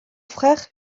frère